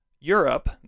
Europe